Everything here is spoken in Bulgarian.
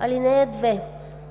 БАН). (2)